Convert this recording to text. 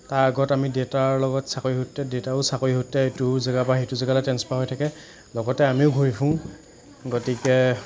তাৰ আগত আমি দেতাৰ লগত চাকৰিসূত্ৰে দেতাও চাকৰিসূত্ৰে ইটো জেগাৰ পৰা সিটো জেগালৈ ট্ৰেঞ্চপাৰ হৈ থাকে লগতে আমিও ঘূৰি ফুৰোঁ গতিকে